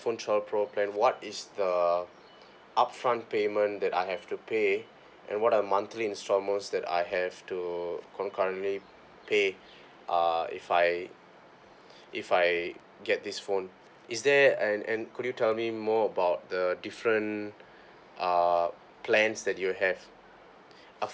twelve pro plan what is the up front payment that I have to pay and what are monthly instalment that I have to concurrently pay uh if I if I get this phone is there and and could you tell me more about the different uh plans that you have ah